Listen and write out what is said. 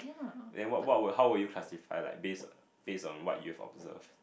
then what what will how will you classify like based based on what you've observed